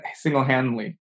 single-handedly